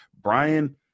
Brian